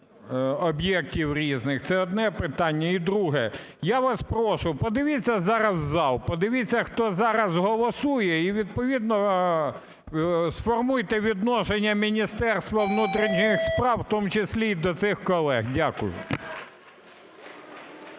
об'єктів різних. Це одне питання. І друге. Я вас прошу, подивіться зараз в зал. Подивіться, хто зараз голосує, і відповідно сформуйте відношення Міністерства внутрішніх справ в тому числі і до цих колег. Дякую.